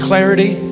clarity